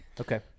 Okay